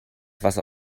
wasser